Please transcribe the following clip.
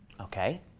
Okay